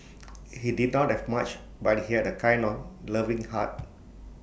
he did not have much but he had A kind on loving heart